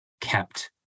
kept